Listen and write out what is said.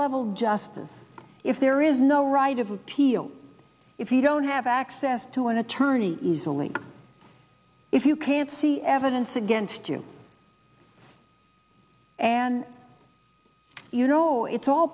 level justice if there is no right of appeal if you don't have access to an attorney easily if you can't see evidence against you and you know it's all